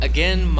Again